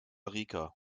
rica